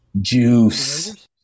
Juice